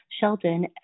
Sheldon